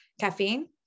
caffeine